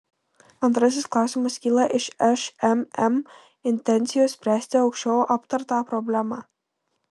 antrasis klausimas kyla iš šmm intencijos spręsti aukščiau aptartą problemą